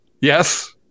Yes